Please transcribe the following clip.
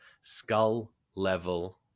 skull-level